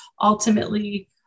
ultimately